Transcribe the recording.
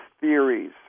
theories